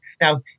Now